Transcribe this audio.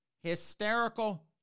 hysterical